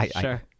Sure